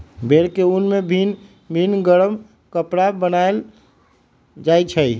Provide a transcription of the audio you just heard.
भेड़ा के उन से भिन भिन् गरम कपरा बनाएल जाइ छै